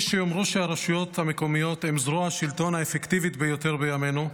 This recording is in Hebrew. יש שיאמרו שהרשויות המקומיות הן זרוע השלטון האפקטיבית ביותר בימינו,